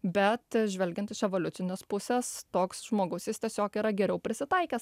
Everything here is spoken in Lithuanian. bet žvelgiant iš evoliucinės pusės toks žmogus jis tiesiog yra geriau prisitaikęs